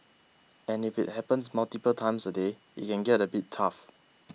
and if it happens multiple times a day it can get a bit tough